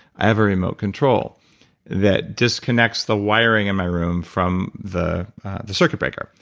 i have a remote control that disconnects the wiring and my room from the the circuit breaker.